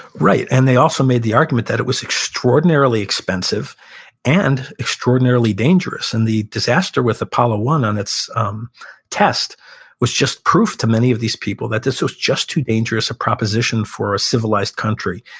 right. and they also made the argument that it was extraordinarily expensive and extraordinarily dangerous. and the disaster with apollo one on its um test was just proof to many of these people that this was just too dangerous a proposition for a civilized country.